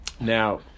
Now